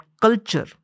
culture